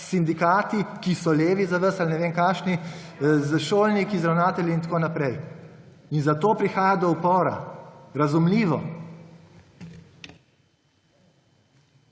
sindikati, ki so levi za vas ali ne vem kakšni, s šolniki, z ravnatelji in tako naprej. In zato prihaja do upora. Razumljivo.